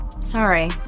Sorry